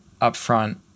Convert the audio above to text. upfront